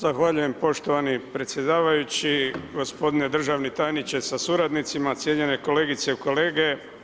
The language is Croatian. Zahvaljujem poštovani predsjedavajući, gospodine državni tajniče sa suradnicima, cijenjene kolegice i kolege.